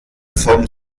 vom